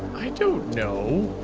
i don't know.